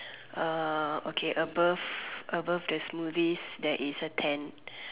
okay above above the smoothies there is a tent